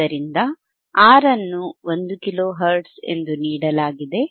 ಆದ್ದರಿಂದR ಅನ್ನು 1 ಕಿಲೋಹೆರ್ಟ್ಜ್ ಎಂದು ನೀಡಲಾಗಿದೆ